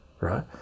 right